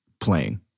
playing